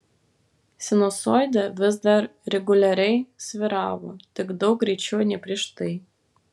sinusoidė vis dar reguliariai svyravo tik daug greičiau nei prieš tai